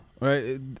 right